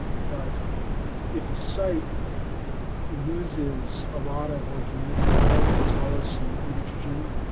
but if a site loses a lot of organic matter as well as some nitrogen